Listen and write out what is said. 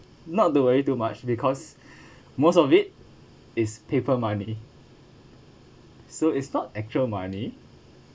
not the very too much because most of it is paper money so it's not actual money